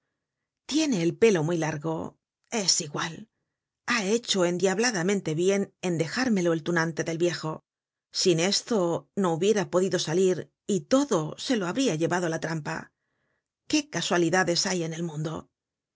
tiene el pelo muy largo es igual ha hecho endiabladamente bien en dejármelo el tunante del viejo sin esto no hubiera podido salir y todo se lo habria llevado la trampa qué casualidades hay en el mundo